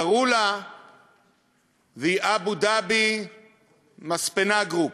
קראו לה Abu Dhabi MAR Group.